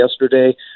yesterday